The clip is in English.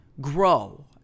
grow